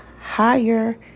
higher